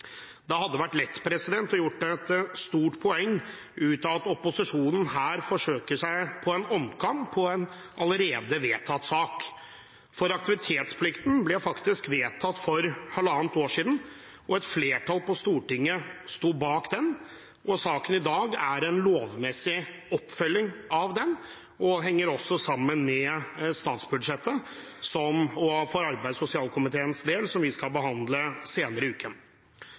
Det hadde vært lett å gjøre et stort poeng ut av at opposisjonen her forsøker seg på en omkamp i en allerede vedtatt sak, for aktivitetsplikten ble faktisk vedtatt for halvannet år siden, og et flertall på Stortinget sto bak. Saken i dag er en lovmessig oppfølging av den, og henger også sammen med statsbudsjettet, som, for arbeids- og sosialkomiteens del, vi skal behandle senere i uken.